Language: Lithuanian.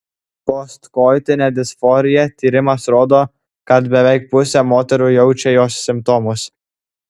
postkoitinė disforija tyrimas rodo kad beveik pusė moterų jaučia jos simptomus